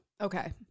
Okay